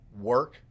work